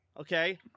okay